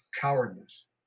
cowardice